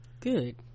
Good